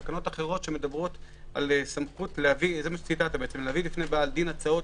תקנות אחרות שמדברות על סמכות להביא בפני בעל דין הצעות